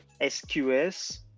SQS